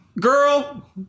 girl